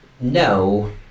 No